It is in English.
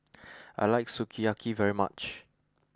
I like Sukiyaki very much